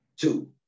two